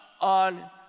on